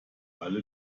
alle